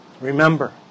remember